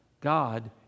God